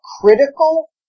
critical